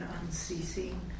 unceasing